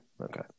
Okay